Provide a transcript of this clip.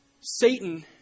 Satan